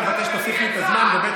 אבקש שתוסיף לי את הזמן, וב.